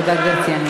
תודה, גברתי.